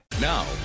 Now